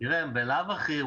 בלאו הכי,